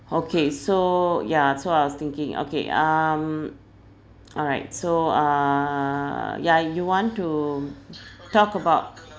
okay so ya so I was thinking okay um alright so err ya you want to talk about